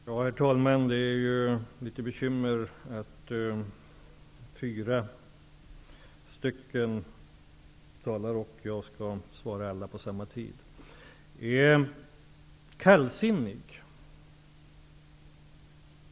Herr talman! Det är ju litet bekymmersamt -- fyra talare, jag skall svara alla på samma tid. Kallsinnig?